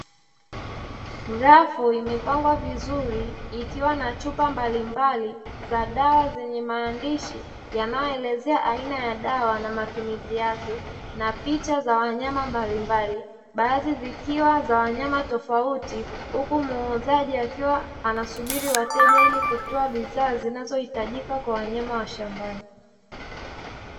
Rafu imepangwa vizuri ikiwa na chupa mbalimbali za dawa zenye maandishi yanayoelezea aina ya dawa na matumizi yake na picha za wanyama mbalimbali, baadhi zikiwa zawanyama tofauti huku muuzaji akiwa anasubiri wateja ili kutoa bidhaa zinazohitajika kwa wanyama wa shambani.